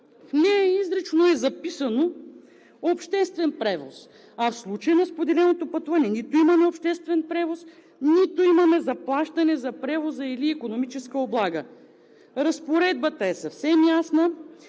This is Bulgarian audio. нея изрично е записано „обществен превоз“. А в случая на споделеното пътуване нито имаме обществен превоз, нито имаме заплащане за превоза или икономическа облага, разпоредбата е съвсем ясна.